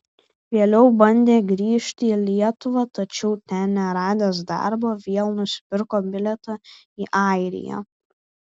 vėliau bandė grįžti į lietuvą tačiau ten neradęs darbo vėl nusipirko bilietą į airiją